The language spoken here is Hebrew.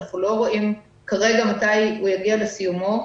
אנחנו לא רואים כרגע מתי הוא יגיע לסיומו.